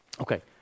Okay